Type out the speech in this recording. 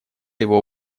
его